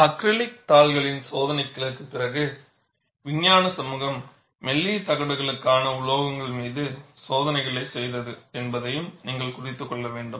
acrylic தாள்களின் சோதனைகளுக்குப் பிறகு விஞ்ஞான சமூகம் மெல்லிய தகடுகளுக்கான உலோகங்கள் மீது சோதனைகளைச் செய்தது என்பதையும் நீங்கள் குறித்துக் கொள்ள வேண்டும்